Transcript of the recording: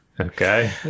Okay